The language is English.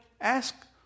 ask